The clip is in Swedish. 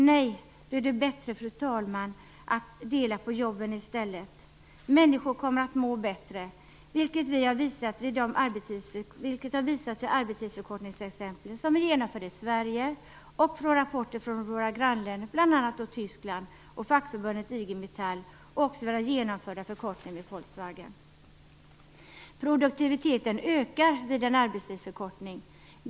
Det är bättre, fru talman, att dela på jobben. Människor kommer att må bättre, vilket har visats vid de arbetstidsförkortningsförsök som genomförts i Sverige, och i rapporter från bl.a. Tyskland och fackförbundet IG-metall och den genomförda arbetstidsförkortningen vid Volkswagen. Produktiviteten ökar vid en arbetstidsförkortning.